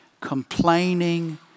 complaining